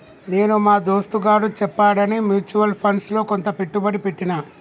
నేను మా దోస్తుగాడు చెప్పాడని మ్యూచువల్ ఫండ్స్ లో కొంత పెట్టుబడి పెట్టిన